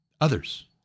others